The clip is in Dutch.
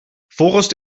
volgens